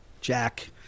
Jack